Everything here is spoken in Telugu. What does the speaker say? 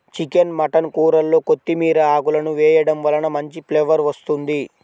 చికెన్ మటన్ కూరల్లో కొత్తిమీర ఆకులను వేయడం వలన మంచి ఫ్లేవర్ వస్తుంది